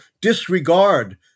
disregard